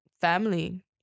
family